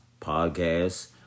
Podcast